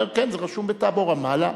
אומר: כן, זה רשום בטאבו רמאללה,